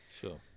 Sure